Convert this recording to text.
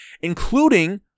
including